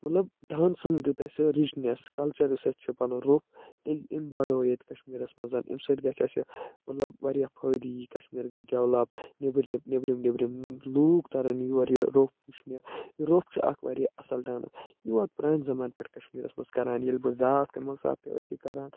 مطلب ڈانسَن دیُت اَسہِ رِچنٮ۪س کَلچَر یُس اَسہِ چھِ پَنُن روٚف ییٚتہِ أمۍ بڑاوو ییٚتہِ کَشمیٖرَس منٛز أمۍ سۭتۍ گژھِ اَسہِ مطلب واریاہ فٲیِدٕ یی کشمیٖر گژھِ ڈیولَپ نٮ۪بٕرۍ بٮ۪بٕرِم لوٗک تَرَن یور یہِ روٚف وُچھِنہِ یہِ روٚف چھِ اَکھ واریاہ اَصٕل ڈآنَس یہِ ووت پرانہِ زمانہٕ پٮ۪ٹھ کَشمیٖرَس منٛز کران ییٚلہِ بہٕ زاس تِمَن ساتہٕ تہِ ٲسۍ یہِ کران